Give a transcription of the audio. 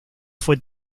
fue